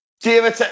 David